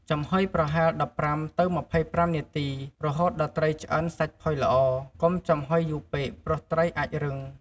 ចំហុយប្រហែល ១៥ទៅ២៥ នាទី រហូតដល់ត្រីឆ្អិនសាច់ផុយល្អ កុំចំហុយយូរពេក ព្រោះត្រីអាចរឹង។